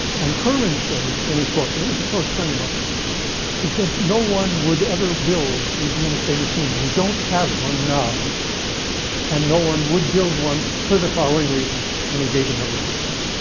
and herman said in his book and he was a close friend of mine he said no one would ever build a doomsday machine. we don't have one now and no one would build one for the following reasons. and he gave a number of reasons.